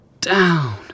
down